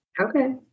Okay